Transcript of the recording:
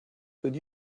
could